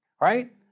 Right